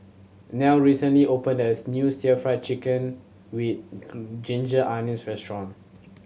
Nell recently opened as new Stir Fried Chicken with ginger onions restaurant